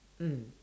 mm